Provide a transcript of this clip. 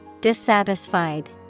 Dissatisfied